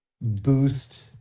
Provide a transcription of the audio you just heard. boost